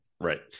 Right